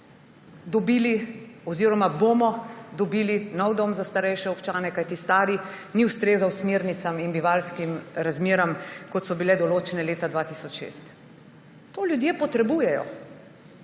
dobili oziroma bomo dobili nov doma za starejše občane, kajti stari ni ustrezal smernicam in bivanjskim razmeram, kot so bile določene leta 2006. To ljudje potrebujejo.